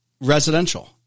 residential